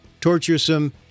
torturesome